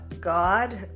God